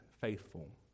faithful